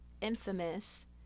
infamous